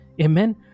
Amen